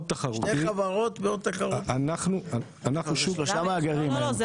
אנחנו שלושה מאגרים היום.